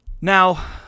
Now